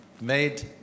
made